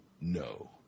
No